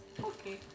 Okay